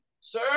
sir